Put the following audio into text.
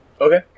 Okay